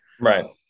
right